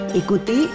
ikuti